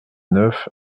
neuf